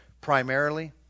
primarily